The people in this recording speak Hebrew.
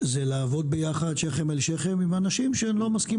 זה לעבוד ביחד שכם אל שכם עם אנשים שאני לא מסכים